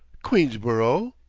queensborough?